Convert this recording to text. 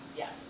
yes